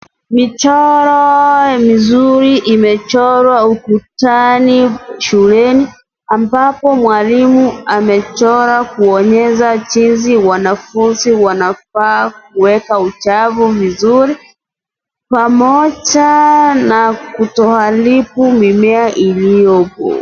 Michoro mzuri imechorwa ukutani shuleni ambapo mwalimu amechora kuonyesha jinsi wanafunzi wanafaa kuweka uchafu mzuri, pamoja na kutoharibu mimea iliyopo.